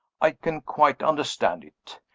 i can quite understand it.